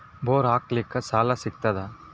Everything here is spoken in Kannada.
ಬೋರ್ ಹಾಕಲಿಕ್ಕ ಸಾಲ ಸಿಗತದ?